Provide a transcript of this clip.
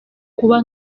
kuba